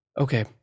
Okay